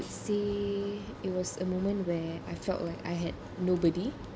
say it was a moment where I felt like I had nobody